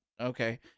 Okay